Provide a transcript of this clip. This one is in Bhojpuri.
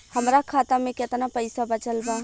हमरा खाता मे केतना पईसा बचल बा?